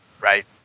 right